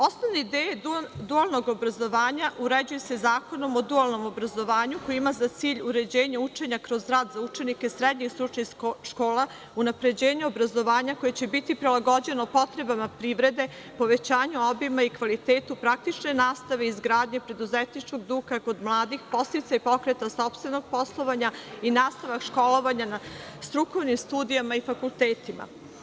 Osnovne ideje dualnog obrazovanja uređuju se Zakonom o dualnom obrazovanju, koji ima za cilj uređenje učenja kroz rad za učenike srednjih i stručnih škola, unapređenje obrazovanja koje će biti prilagođeno potrebama privrede, povećanju obima i kvalitetu praktične nastave, izgradnje preduzetničkog duha kod mladih, podsticaj pokreta sopstvenog poslovanja i nastavak školovanja na strukovnim studijama i fakultetima.